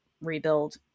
rebuild